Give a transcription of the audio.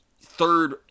third